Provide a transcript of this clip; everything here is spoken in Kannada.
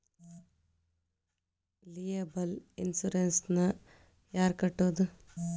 ಲಿಯೆಬಲ್ ಇನ್ಸುರೆನ್ಸ್ ನ ಯಾರ್ ಕಟ್ಬೊದು?